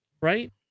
right